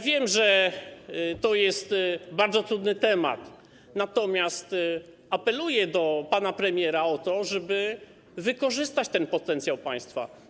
Wiem, że to jest bardzo trudny temat, natomiast apeluję do pana premiera o to, żeby wykorzystać ten potencjał państwa.